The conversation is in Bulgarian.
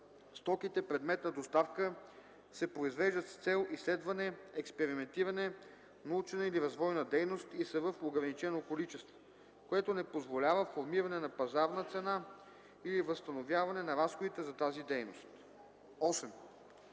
стоките – предмет на доставка, се произвеждат с цел изследване, експериментиране, научна или развойна дейност и са в ограничено количество, което не позволява формиране на пазарна цена или възстановяване на разходите за тази дейност;